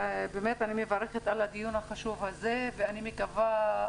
באמת אני מברכת על הדיון החשוב הזה ואני מקווה,